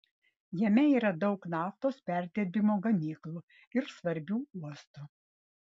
jame yra daug naftos perdirbimo gamyklų ir svarbių uostų